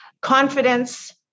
confidence